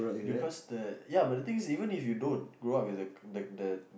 because the ya but the thing is even if you don't grow up with the the